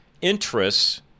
interests